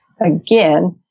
again